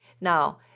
Now